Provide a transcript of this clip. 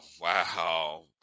Wow